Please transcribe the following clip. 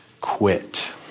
quit